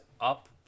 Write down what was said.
up